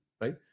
right